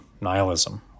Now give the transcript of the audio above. nihilism